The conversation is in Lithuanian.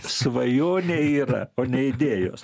svajonė yra o ne idėjos